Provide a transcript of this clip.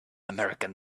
american